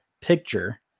picture